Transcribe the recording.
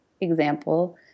example